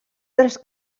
tres